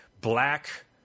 black